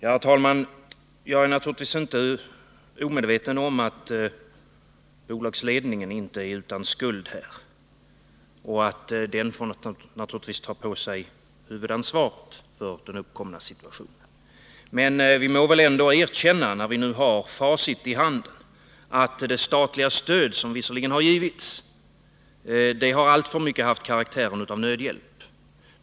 Herr talman! Jag är medveten om att bolagsledningen inte är utan skuld här och att den naturligtvis får ta på sig huvudansvaret för den uppkomna situationen. Men vi må väl ändå erkänna, när vi har facit i handen, att det statliga stödet som visserligen givits, alltför mycket har haft karaktären av nödhjälp.